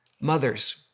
Mothers